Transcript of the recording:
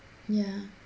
ya